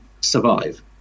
survive